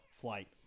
Flight